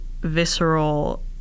visceral